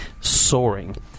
soaring